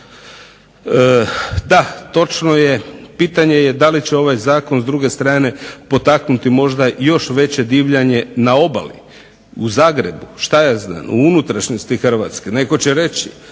Da, točno je, pitanje je da li će ovaj Zakon s druge strane potaknuti još veće divljanje na obali, u Zagrebu, što ja znam, u unutrašnjosti Hrvatske, netko će reći,